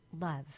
love